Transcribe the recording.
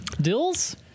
dills